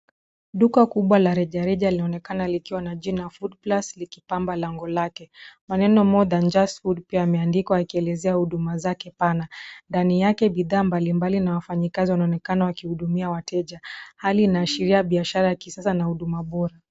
Duka kubwa la rejareja linaonekana likiwa na jina "foodplus" likipamba lango lake. Maneno " more than just food " pia yameandikwa yakielezea huduma zake pana. Ndani yake bidhaa mbalimbali na wafanyikazi, wanaonekana wakihudumia wateja, hali inaashiria biashara ya kisasa na huduma bora.